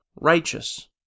righteous